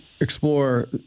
explore